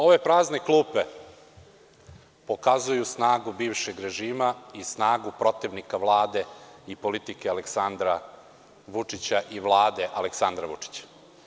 Ove prazne klupe pokazuju snagu bivšeg režima i snagu protivnika Vlade i politike Aleksandra Vučića i Vlade Aleksandra Vučića.